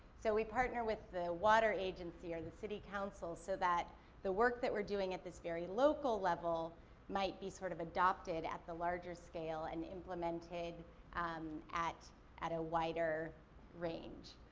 so we partner with the water agency or the city council so that the work that we're doing at this very local level might be sort of adopted at the larger scale and implemented um at at a wider range.